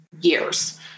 years